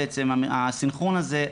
הסינכרון הזה,